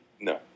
No